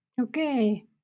Okay